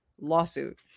lawsuit